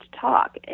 talk